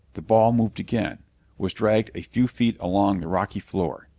the ball moved again was dragged a few feet along the rocky floor.